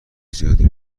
زیادی